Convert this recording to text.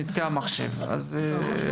זה קורה.